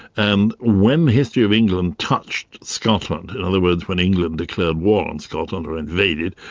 and when the history of england touched scotland, in other words, when england declared war on scotland, or invaded,